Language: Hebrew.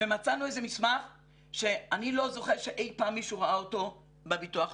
ומצאנו איזה מסמך שאני לא זוכר שאי פעם מישהו ראה אותו בביטוח הלאומי.